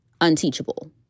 unteachable